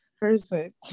person